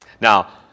Now